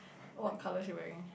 what color she wearing